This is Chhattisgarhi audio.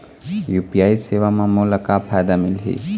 यू.पी.आई सेवा म मोला का फायदा मिलही?